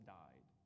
died